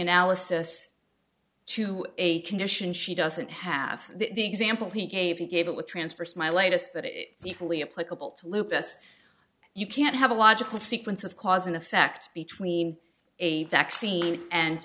analysis to a condition she doesn't have the example he gave you gave it with transfers my latest but it's equally applicable to lupus you can't have a logical sequence of cause and effect between a vaccine and